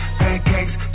pancakes